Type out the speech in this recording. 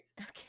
Okay